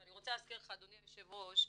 ואני רוצה להזכיר לך אדוני היושב ראש,